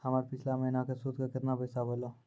हमर पिछला महीने के सुध के केतना पैसा भेलौ?